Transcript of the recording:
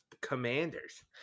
commanders